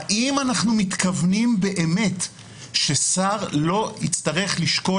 האם אנחנו מתכוונים באמת ששר לא יצטרך לשקול